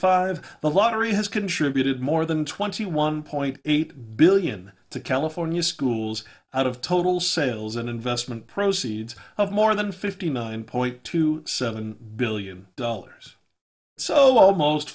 five the lottery has contributed more than twenty one point eight billion to california schools out of total sales and investment proceeds of more than fifty nine point two seven billion dollars so almost